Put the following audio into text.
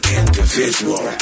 individual